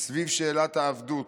סביב שאלת העבדות.